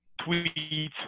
tweets